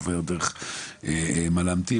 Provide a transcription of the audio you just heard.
עובר דרך מלם תים,